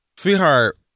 Sweetheart